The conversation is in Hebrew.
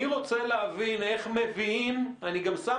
אני רוצה להבין איך מביאים אני גם שם